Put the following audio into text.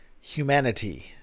humanity